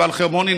ענבל חרמוני,